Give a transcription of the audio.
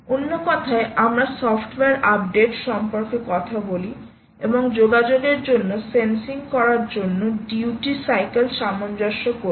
অন্য কথায় আমরা সফ্টওয়্যার আপডেট সম্পর্কে কথা বলি এবং যোগাযোগের জন্য সেন্সিং করার জন্য ডিউটি সাইকেল সামঞ্জস্য করি